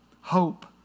Hope